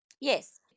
Yes